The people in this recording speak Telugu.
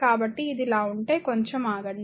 కాబట్టి ఇది ఇలా ఉంటే కొంచెం ఆగండి